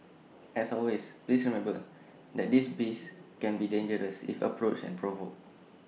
as always please remember that these beasts can be dangerous if approached and provoked